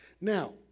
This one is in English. Now